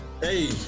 hey